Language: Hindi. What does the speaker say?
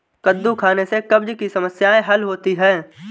कद्दू खाने से कब्ज़ की समस्याए हल होती है